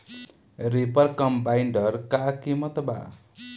Reaper combiner का किमत बा?